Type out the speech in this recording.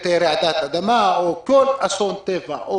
כך אם תהיה רעידת אדמה או כל אסון טבע.